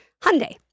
Hyundai